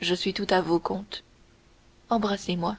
je suis tout à vous comte embrassez-moi